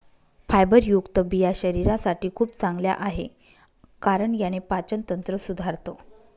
फायबरयुक्त बिया शरीरासाठी खूप चांगल्या आहे, कारण याने पाचन तंत्र सुधारतं